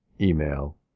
email